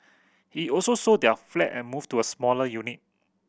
he also sold their flat and moved to a smaller unit